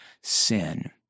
sin